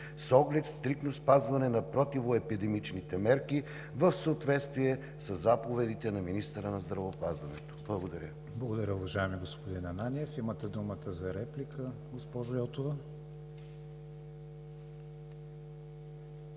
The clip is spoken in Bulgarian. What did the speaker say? с оглед стриктно спазване на противоепидемичните мерки в съответствие със заповедите на министъра на здравеопазването. Благодаря. ПРЕДСЕДАТЕЛ КРИСТИАН ВИГЕНИН: Благодаря, уважаеми господин Ананиев. Имате думата за реплика, госпожо Йотова.